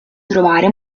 trovare